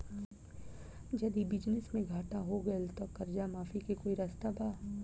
यदि बिजनेस मे घाटा हो गएल त कर्जा माफी के कोई रास्ता बा?